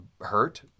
hurt